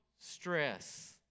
stress